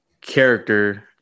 character